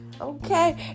Okay